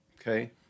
Okay